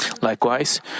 Likewise